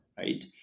right